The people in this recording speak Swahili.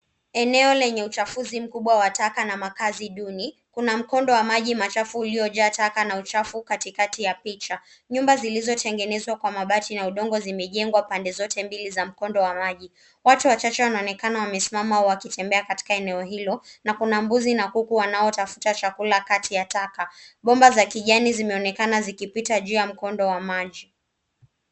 Eneo lenye changamoto kubwa limejaa makazi duni. Katikati ya taswira kuna mkondo wa maji machafu uliojaa uchafu. Nyumba zilizojengwa kwa mabati na udongo zimejengwa pande zote mbili za mkondo huo wa maji. Watu wachache wanaonekana wamesimama na wengine wakitembea katika eneo hilo